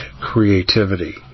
creativity